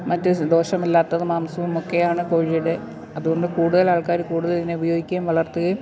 മറ്റ് ദോഷമില്ലാത്തതും മാംസവുമൊക്കെയാണ് കോഴിയുടെ അതുകൊണ്ട് കൂടുതൽ ആൾക്കാർ കൂടുതൽ ഇതിനെ ഉപയോഗിക്കുകയും വളർത്തുകയും